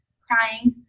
crying,